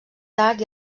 tard